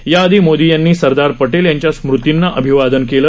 त्याआधी मोदी यांनी सरदार पटेल यांच्या स्मूतींना अभिवादन केलं